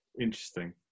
interesting